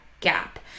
gap